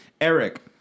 Eric